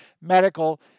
medical